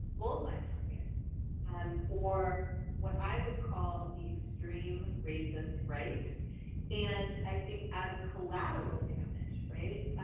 bull's eye target and for what? i would call the extreme racist right and i think as collateral damage, right?